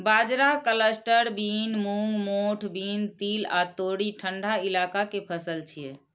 बाजरा, cluster bean, मूंग, मोठ बीन, तिल आ तोरी ठंढा इलाका के फसल छियै